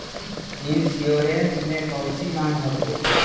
Insurance मे कौची माँग हको?